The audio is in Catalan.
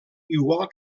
igual